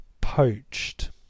poached